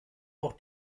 auch